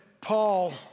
Paul